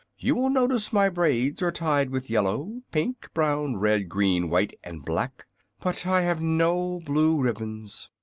you will notice my braids are tied with yellow, pink, brown, red, green, white and black but i have no blue ribbons.